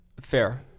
Fair